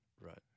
Right